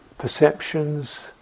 perceptions